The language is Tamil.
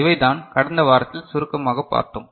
இவைதான் கடந்த வாரத்தில் சுருக்கமாக பார்த்தோம்